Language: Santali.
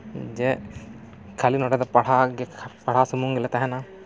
ᱡᱮ ᱠᱷᱟᱹᱞᱤ ᱱᱚᱰᱮ ᱫᱚ ᱯᱟᱲᱦᱟᱣ ᱜᱮ ᱯᱟᱲᱦᱟᱣ ᱥᱩᱢᱩᱝ ᱜᱮᱞᱮ ᱛᱟᱦᱮᱱᱟ